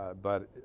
ah but